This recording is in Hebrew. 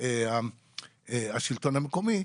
עם השלטון המקומי,